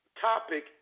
topic